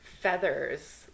feathers